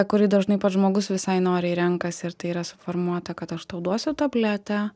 kurį dažnai pats žmogus visai noriai renkasi ir tai yra suformuota kad aš tau duosiu tabletę